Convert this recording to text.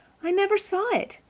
i never saw it.